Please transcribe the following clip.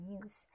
news